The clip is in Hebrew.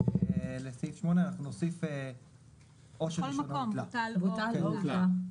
לסעיף 8 אנחנו נוסיף בכל מקום בוטל או הותלה.